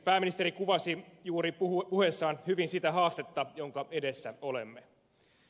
pääministeri kuvasi juuri puheessaan hyvin sitä haastetta jonka edessä olemme